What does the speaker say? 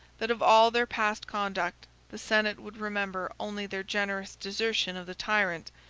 that of all their past conduct the senate would remember only their generous desertion of the tyrant,